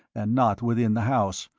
and not within the house,